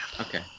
Okay